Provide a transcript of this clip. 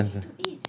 cannot advance ah